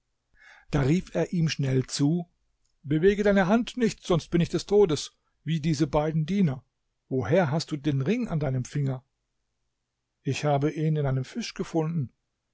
da rief er ihm schnell zu bewege deine hand nicht sonst bin ich des todes wie diese beiden diener woher hast du den ring an deinem finger ich habe ihn in einem fisch gefunden